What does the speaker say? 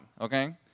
okay